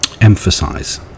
emphasize